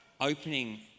opening